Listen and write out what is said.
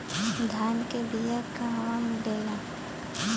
धान के बिया कहवा मिलेला?